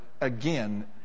again